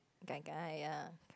gai-gai ya